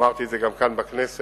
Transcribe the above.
אמרתי את זה גם כאן בכנסת.